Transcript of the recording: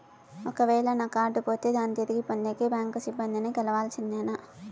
ఒక వేల నా కార్డు పోతే దాన్ని తిరిగి పొందేకి, బ్యాంకు సిబ్బంది ని కలవాల్సిందేనా?